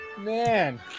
Man